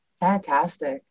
Fantastic